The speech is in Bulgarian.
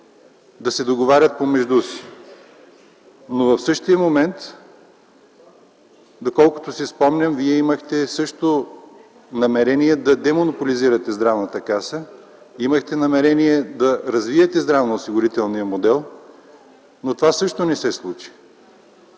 да се договарят помежду си. В същия момент, доколкото си спомням, вие също имахте намерение да демонополизирате Здравната каса. Имахте намерение да развиете здравноосигурителния модел, но то също не се случи.